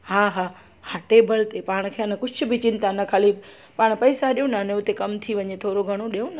हा हा हा टेबल ते पाण खे न कुझु बि चिंता न ख़ाली पाण पैसा ॾियो न अने उते कमु थी वञे थोरो घणो ॾियो न